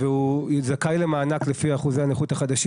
והוא זכאי למענק לפי אחוזי הנכות החדשים.